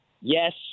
Yes